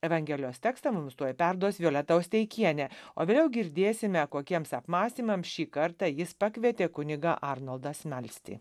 evangelijos tekstą mums tuoj perduos violeta osteikienė o vėliau girdėsime kokiems apmąstymam šį kartą jis pakvietė kunigą arnoldą smalstį